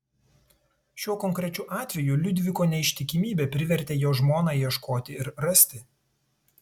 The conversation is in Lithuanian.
šiuo konkrečiu atveju liudviko neištikimybė privertė jo žmoną ieškoti ir rasti